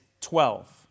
twelve